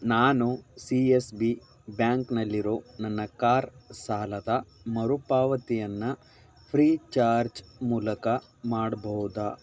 ನಾನು C S B ಬ್ಯಾಂಕ್ನಲ್ಲಿರೋ ನನ್ನ ಕಾರ್ ಸಾಲದ ಮರುಪಾವತಿಯನ್ನು ಫ್ರೀಚಾರ್ಜ್ ಮೂಲಕ ಮಾಡಭೌದಾ